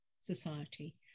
society